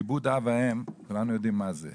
כיבוד אב ואם כולנו יודעים מה זה,